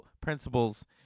principles